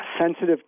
sensitive